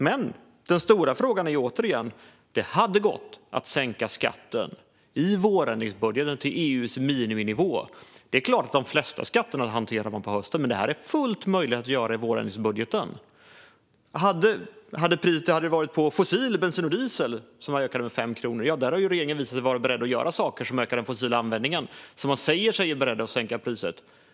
Men den stora frågan handlar återigen om att det hade gått att sänka skatten i vårändringsbudgeten till EU:s miniminivå. Det är klart att man hanterar de flesta skatter på hösten, men detta är fullt möjligt att göra i vårändringsbudgeten. Låt oss säga att det hade varit fossil bensin och diesel som hade ökat med 5 kronor. Där har regeringen visat sig vara beredd att göra saker som ökar den fossila användningen. Man säger sig vara beredd att sänka priset.